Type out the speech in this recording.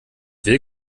will